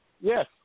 Yes